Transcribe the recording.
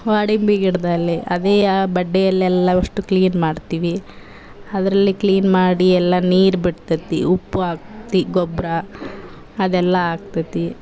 ದಾಳಿಂಬೆ ಗಿಡದಲ್ಲಿ ಅದೇ ಆ ಬೊಡ್ಡೆಯಲ್ಲೆಲ್ಲ ಅಷ್ಟು ಕ್ಲೀನ್ ಮಾಡ್ತೀವಿ ಅದ್ರಲ್ಲಿ ಕ್ಲೀನ್ ಮಾಡಿ ಎಲ್ಲ ನೀರು ಬಿಡ್ತದೆತಿ ಉಪ್ಪು ಹಾಕ್ತಿ ಗೊಬ್ಬರ ಅದೆಲ್ಲ ಹಾಕ್ತದೆ